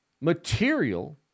material